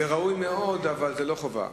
זה ראוי מאוד אבל זו לא חובה.